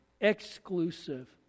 exclusive